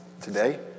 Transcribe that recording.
today